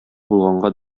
булганга